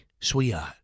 sweetheart